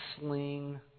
sling